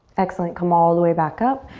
excellent, come all the way back up.